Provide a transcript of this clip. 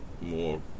more